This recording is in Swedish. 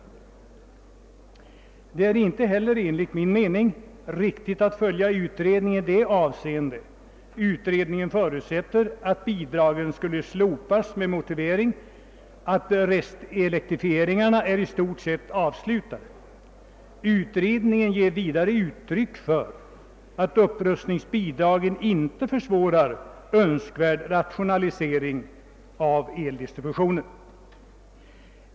Det är enligt min mening inte heller riktigt att följa utredningens betänkande i det avseende utredningen förutsätter att bidragen skall slopas, under den motiveringen att restelektrifieringarna i stort sett är avslutade, och man ger vidare uttryck för den uppfattningen att detta inte skulle försvåra en önskvärd rationalisering av eldistributionen.